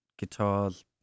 guitars